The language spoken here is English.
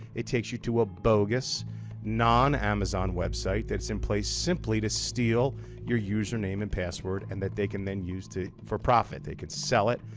it takes you to a bogus non-amazon website that's in place simply to steal your username and password and that they can then use for profit. they could sell it.